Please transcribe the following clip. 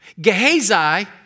Gehazi